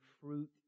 fruit